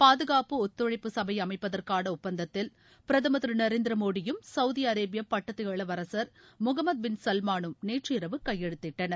பாதுகாப்பு ஒத்துழைப்பு சபை அமைப்பதற்கான ஒப்பந்தத்தில் பிரதமர் திரு நரேந்திர மோடியும் சவுதி அரேபியா பட்டத்து இளவரசர் முகமது பின் சல்மானும் நேற்றிரவு கையெழுத்திட்டனர்